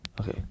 okay